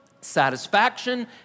satisfaction